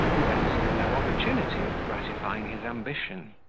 who let slip no opportunity of gratifying his ambition.